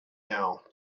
now